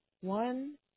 One